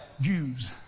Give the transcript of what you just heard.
Jews